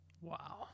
Wow